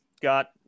got